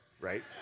right